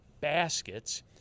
Baskets